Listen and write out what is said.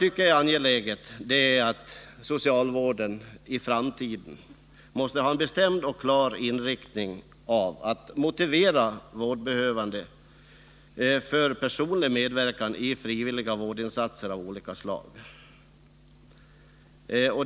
Det är angeläget att socialvården i framtiden får en klar och bestämd inriktning på att motivera vårdbehövande till personlig medverkan i frivilliga vårdinsatser av olika slag.